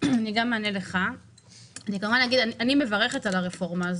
אני מברכת על הרפורמה הזאת.